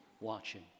watching